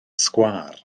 sgwâr